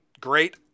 great